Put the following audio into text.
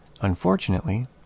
Unfortunately